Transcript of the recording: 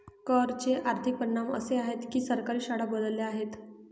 कर चे आर्थिक परिणाम असे आहेत की सरकारी शाळा बदलल्या आहेत